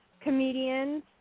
comedians